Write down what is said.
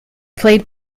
played